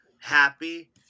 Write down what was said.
happy